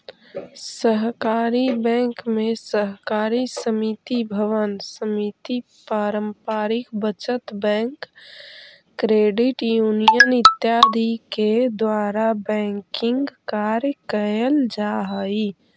सहकारी बैंक में सहकारी समिति भवन समिति पारंपरिक बचत बैंक क्रेडिट यूनियन इत्यादि के द्वारा बैंकिंग कार्य कैल जा हइ